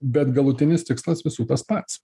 bet galutinis tikslas visų tas pats